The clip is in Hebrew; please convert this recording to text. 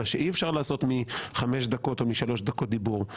מה שאי אפשר לעשות מחמש דקות או שלוש דקות דיבור,